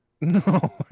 No